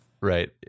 Right